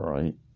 Right